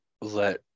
let